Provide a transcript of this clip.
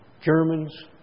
Germans